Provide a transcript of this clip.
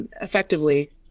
Effectively